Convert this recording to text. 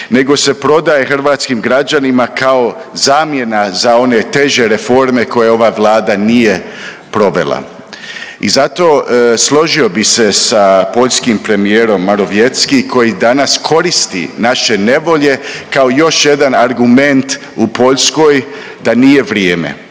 nego se prodaje hrvatskim građanima kao zamjena za one teže reforme koje ova Vlada nije provela. I zato složio bih se sa poljskim premijerom Morawiecki koji danas koristi naše nevolje kao još jedan argument u Poljskoj da nije vrijeme.